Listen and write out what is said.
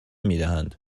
میدهند